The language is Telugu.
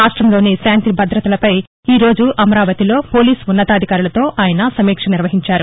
రాష్ట్రంలోని శాంతి భద్రతలపై ఈరోజు అవరాతిలో పోలీసు ఉన్నతాధికారులతో ఆయన సమీక్షించారు